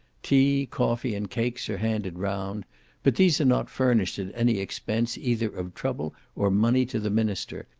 tea, coffee, and cakes are handed round but these are not furnished at any expense either of trouble or money to the minster,